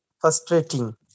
frustrating